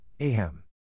Ahem